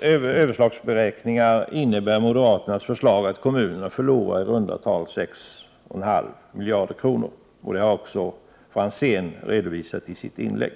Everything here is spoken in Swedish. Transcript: överslagsberäkningar innebär moderaternas förslag att kommunerna förlorar i runt tal 6,5 miljarder kronor: samma siffra har Ivar Franzén redovisat i sitt inlägg.